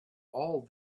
all